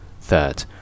Third